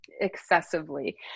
Excessively